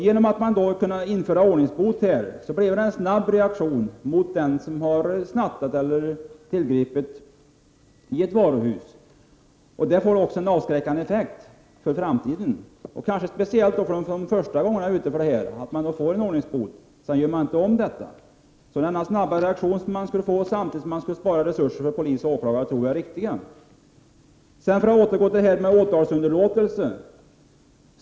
Genom att då införa ordningsbot skulle det bli en snabb reaktion mot den som har snattat eller tillgripit i ett varuhus. Det får också en avskräckande effekt för framtiden, kanske speciellt för dem som råkar ut för en ordningsbot de första gångerna och som sedan gör inte om förseelsen. Jag tror att det är riktigt med denna snabba reaktion samtidigt som resurser skulle sparas för poliser och åklagare. Jag återgår till frågan om åtalsunderlåtelse.